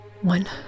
One